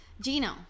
Gino